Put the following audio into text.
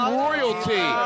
royalty